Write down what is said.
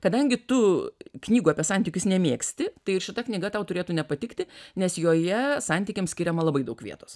kadangi tu knygų apie santykius nemėgsti tai ir šita knyga tau turėtų nepatikti nes joje santykiams skiriama labai daug vietos